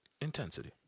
Intensity